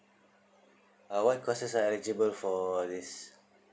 uh what courses are eligible for this